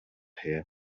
here